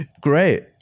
great